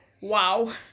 wow